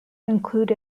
include